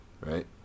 right